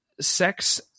Sex